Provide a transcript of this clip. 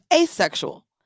asexual